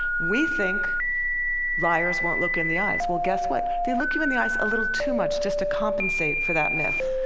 we think liars won't look you in the eyes. well guess what, they look you in the eyes a little too much just to compensate for that myth.